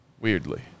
Weirdly